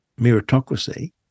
meritocracy